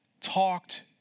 talked